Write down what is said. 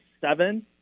seven